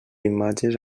imatges